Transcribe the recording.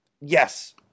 yes